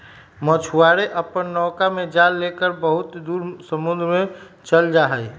मछुआरे अपन नौका में जाल लेकर बहुत दूर समुद्र में चल जाहई